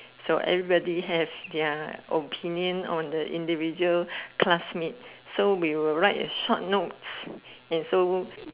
so everybody have their opinion on the individual classmate so we will write a short note and so